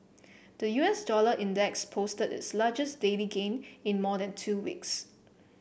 the U S dollar index posted its largest daily gain in more than two weeks